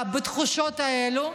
בתחושות האלה,